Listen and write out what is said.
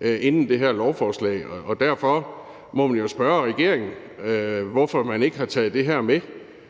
inden det her lovforslag, og derfor må man jo spørge regeringen, hvorfor man ikke har taget det her med.